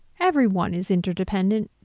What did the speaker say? everyone is interdependent,